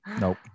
nope